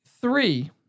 three